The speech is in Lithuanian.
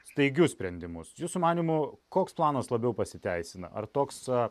staigius sprendimus jūsų manymu koks planas labiau pasiteisina ar toks